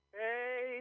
hey